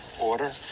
order